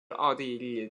奥地利